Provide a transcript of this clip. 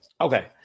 okay